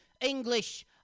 English